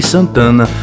Santana